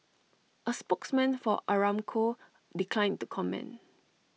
A spokesman for Aramco declined to comment